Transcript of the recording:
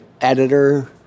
editor